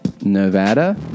Nevada